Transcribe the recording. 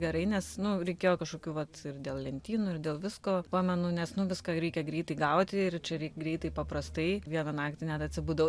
gerai nes nu reikėjo kažkokių vat ir dėl lentynų ir dėl visko pamenu nes nu viską reikia greitai gauti ir čia reik greitai paprastai vieną naktį net atsibudau